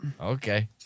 Okay